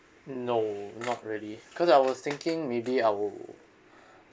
no not really cause I was thinking maybe I will